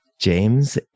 James